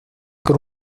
con